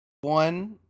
One